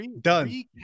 Done